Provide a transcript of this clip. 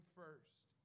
first